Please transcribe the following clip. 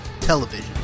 television